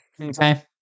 okay